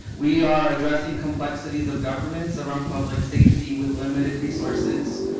we are addressing complexities of governance around public safety with limited resources.